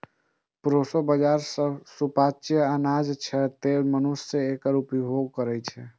proso बाजारा सुपाच्य अनाज छियै, तें मनुष्य एकर उपभोग करै छै